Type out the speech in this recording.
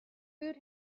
food